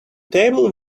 table